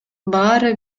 баары